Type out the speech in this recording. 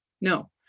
No